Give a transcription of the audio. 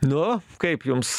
nu kaip jums